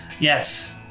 Yes